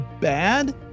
bad